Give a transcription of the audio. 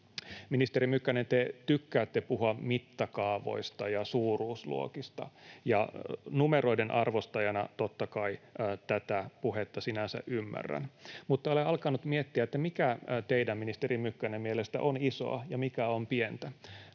Ministeri Mykkänen, te tykkäätte puhua mittakaavoista ja suuruusluokista. Numeroiden arvostajana totta kai tätä puhetta sinänsä ymmärrän, mutta olen alkanut miettiä, mikä teidän, ministeri Mykkänen, mielestä on isoa ja mikä on pientä.